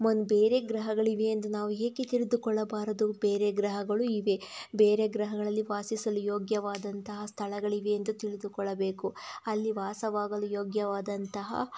ಒಂದು ಬೇರೆ ಗ್ರಹಗಳಿವೆ ಎಂದು ನಾವು ಏಕೆ ತಿಳಿದುಕೊಳ್ಳಬಾರದು ಬೇರೆ ಗ್ರಹಗಳೂ ಇವೆ ಬೇರೆ ಗ್ರಹಗಳಲ್ಲಿ ವಾಸಿಸಲು ಯೋಗ್ಯವಾದಂತಹ ಸ್ಥಳಗಳು ಇವೆ ಎಂದು ತಿಳಿದುಕೊಳ್ಳಬೇಕು ಅಲ್ಲಿ ವಾಸವಾಗಲು ಯೋಗ್ಯವಾದಂತಹ